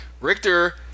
Richter